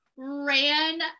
ran